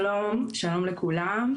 שלום לכולם.